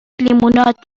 لیموناد